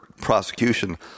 prosecution